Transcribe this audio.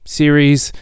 series